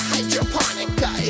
Hydroponica